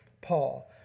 Paul